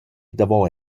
davo